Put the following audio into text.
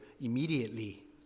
immediately